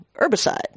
herbicide